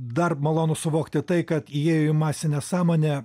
dar malonu suvokti tai kad įėjo į masinę sąmonę